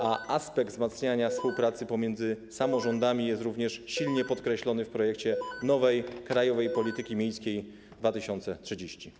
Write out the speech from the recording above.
Aspekt wzmacniania współpracy pomiędzy samorządami jest również silnie podkreślony w projekcie nowej Krajowej Polityki Miejskiej 2030.